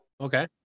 Okay